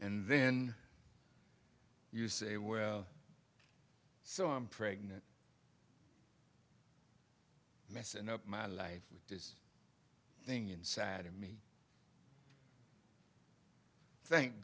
and then you say well so i'm pregnant messin up my life with this thing and saddened me thank